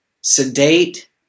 sedate